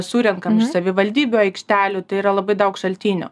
surenkam iš savivaldybių aikštelių tai yra labai daug šaltinių